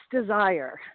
desire